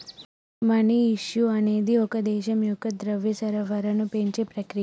money issue అనేది ఒక దేశం యొక్క ద్రవ్య సరఫరాను పెంచే ప్రక్రియ